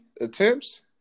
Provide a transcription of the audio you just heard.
Attempts